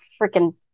freaking